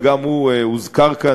וגם הוא הוזכר כאן,